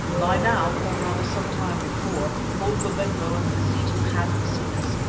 by now, or rather some time before, old babemba and the mazitu had seen us,